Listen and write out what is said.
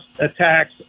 attacks